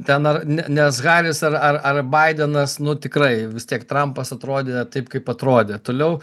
ten ar ne nes haris ar ar ar baidenas nu tikrai vis tiek trampas atrodė taip kaip atrodė toliau